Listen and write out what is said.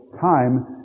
time